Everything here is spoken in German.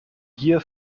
hier